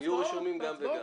יהיו רשומים גם וגם.